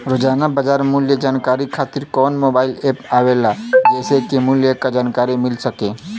रोजाना बाजार मूल्य जानकारी खातीर कवन मोबाइल ऐप आवेला जेसे के मूल्य क जानकारी मिल सके?